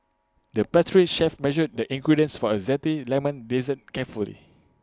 the pastry chef measured the ingredients for A Zesty Lemon Dessert carefully